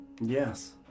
yes